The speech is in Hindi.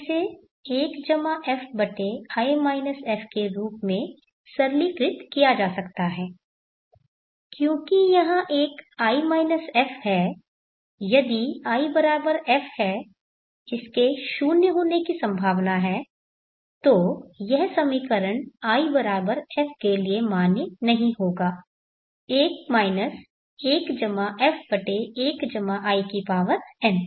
तो इसे 1f के रूप में सरलीकृत किया जा सकता है क्योंकि यहाँ एक i f है यदि if है इसके 0 होने की संभावना है तो यह समीकरण if के लिए मान्य नहीं होगा 1 1f1in